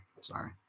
sorry